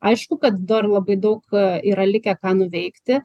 aišku kad dar labai daug yra likę ką nuveikti